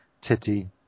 Titty